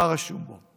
מה רשום בו: